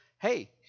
Hey